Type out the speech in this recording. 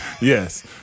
Yes